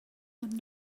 not